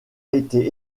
été